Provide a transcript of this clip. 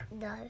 No